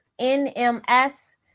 NMS